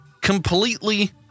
completely